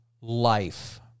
life